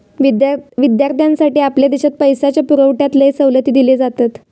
विद्यार्थ्यांसाठी आपल्या देशात पैशाच्या पुरवठ्यात लय सवलती दिले जातत